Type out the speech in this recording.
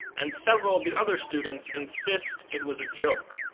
and several of the other students insist it was a joke.